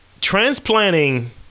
Transplanting